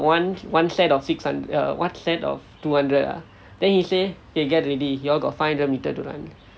one one set of six err one set of two hundred ah then he say okay get ready you all got five hundred meter to run